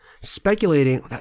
speculating